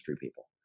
people